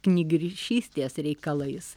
knygrišystės reikalais